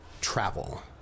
travel